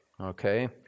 okay